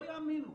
לא יאמינו.